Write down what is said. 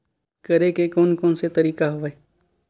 करे के कोन कोन से तरीका हवय?